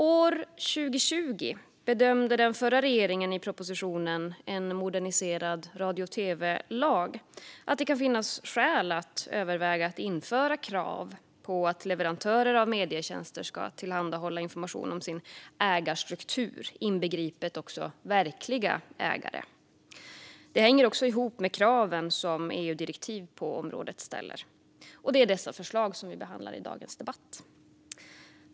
År 2020 bedömde den förra regeringen i propositionen En moderniserad radio och tv-lag att det kunde finnas skäl att överväga att införa krav på att leverantörer av medietjänster ska tillhandahålla information om sin ägarstruktur, inbegripet också verkliga ägare. Det hängde ihop med krav som EU-direktiv på området ställer. Det är dessa förslag vi behandlar i dagens debatt.